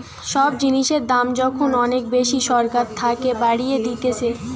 সব জিনিসের দাম যখন অনেক বেশি সরকার থাকে বাড়িয়ে দিতেছে